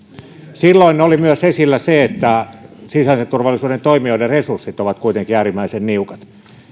silloin oli myös esillä se että sisäisen turvallisuuden toimijoiden resurssit ovat kuitenkin äärimmäisen niukat